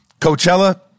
Coachella